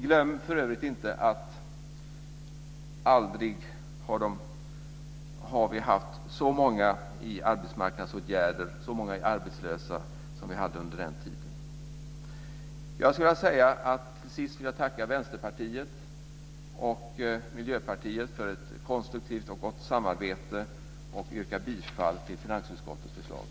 Glöm för övrigt inte att vi aldrig har haft så många i arbetsmarknadsåtgärder och så många arbetslösa som vi hade under den tiden! Slutligen vill jag tacka Vänsterpartiet och Miljöpartiet för ett konstruktivt och gott samarbete. Allra sist yrkar jag bifall till finansutskottets förslag.